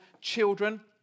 children